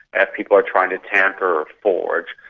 if people are trying to tamper or forge.